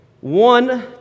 one